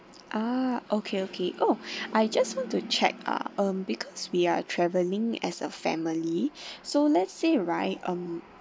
ah okay okay oh I just want to check uh um because we are travelling as a family so let's say right um